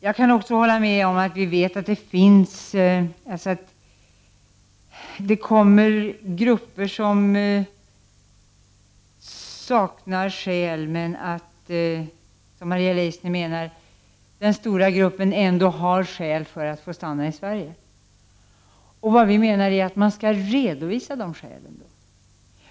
Jag kan också hålla med om att vi vet att det kommer grupper som saknar skäl att få göra det, men att som Maria Leissner sade, den stora gruppen flyktingar ändå har skäl att få göra det. Vi menar att dessa skäl skall redovisas.